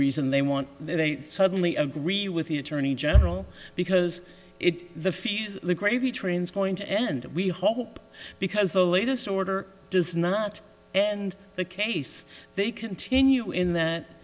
reason they want they suddenly agree with the attorney general because it's the fees the gravy train is going to end we hope because the latest order does not and the case they continue in that